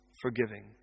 forgiving